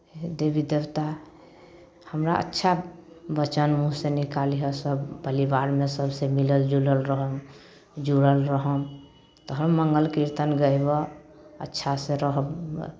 हे देवी देवता हमरा अच्छा वचन मुँहसँ निकालिहऽ सभ परिवारमे सभसँ मिलल जुलल रहब जुड़ल रहब तऽ हम मङ्गल कीर्तन गयबह अच्छासँ रहब